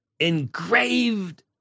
engraved